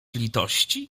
litości